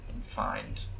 find